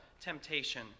temptation